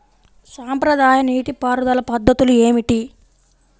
సాంప్రదాయ నీటి పారుదల పద్ధతులు ఏమిటి?